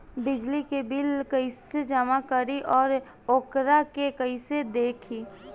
बिजली के बिल कइसे जमा करी और वोकरा के कइसे देखी?